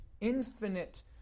infinite